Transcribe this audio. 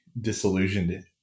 disillusioned